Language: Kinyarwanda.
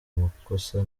amakosa